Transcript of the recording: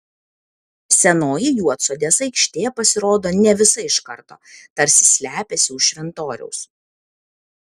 senoji juodsodės aikštė pasirodo ne visa iš karto tarsi slepiasi už šventoriaus